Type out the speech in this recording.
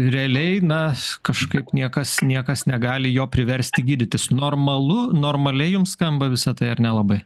realiai na kažkaip niekas niekas negali jo priversti gydytis normalu normaliai jums skamba visa tai ar nelabai